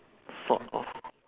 sort of